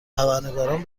خبرنگاران